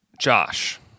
Josh